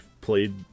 played